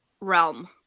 realm